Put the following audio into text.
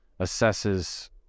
assesses